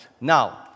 Now